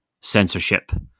Censorship